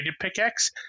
pickaxe